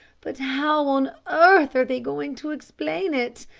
but how on earth are they going to explain it?